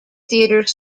theatre